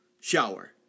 shower